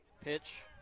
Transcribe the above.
Pitch